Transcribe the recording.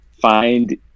find